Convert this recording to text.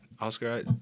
Oscar